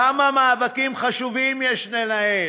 כמה מאבקים חשובים יש לנהל,